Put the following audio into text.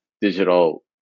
digital